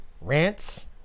rants